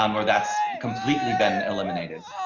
um or that's completely been eliminated.